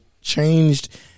changed